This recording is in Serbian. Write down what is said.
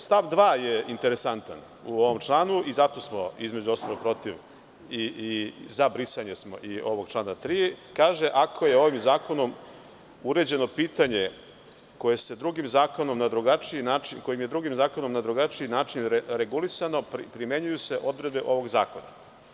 Stav 2. je interesantan u ovom članu i zato smo, između ostalog, protiv i za brisanje ovog člana 3. Kaže – ako je ovim zakonom uređeno pitanje kojim je drugim zakonom na drugačiji način regulisano, primenjuju se odredbe ovog zakona.